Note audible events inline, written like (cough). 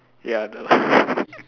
ya the (laughs)